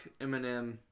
Eminem